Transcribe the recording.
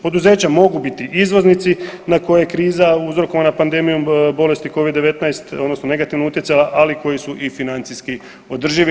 Poduzeća mogu biti izvoznici na koje kriza uzrokovana pandemijom bolesti covid-19 odnosno negativno utjecala, ali koji su i financijski održivi.